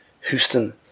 Houston